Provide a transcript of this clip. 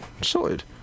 Sorted